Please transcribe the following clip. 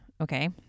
Okay